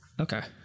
Okay